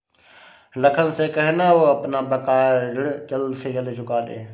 लखन से कहना, वो अपना बकाया ऋण जल्द से जल्द चुका दे